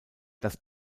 das